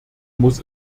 muss